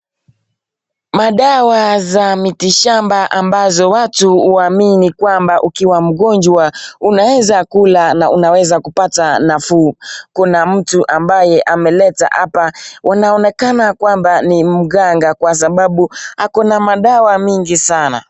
Madawa za miti shamba ambazo watu uamini kwamba ukiwa mgonjwa unaweza kula na unaweza kupata nafuu. Kuna mtu ambaye ameleta hapa unaonekana kwamba ni mganga kwa sababu ako na madawa mingi sana.